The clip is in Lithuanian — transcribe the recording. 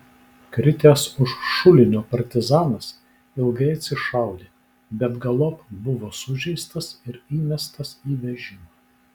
kritęs už šulinio partizanas ilgai atsišaudė bet galop buvo sužeistas ir įmestas į vežimą